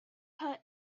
her